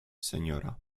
seniora